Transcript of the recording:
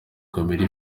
kamere